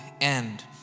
end